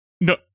No